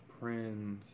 Prince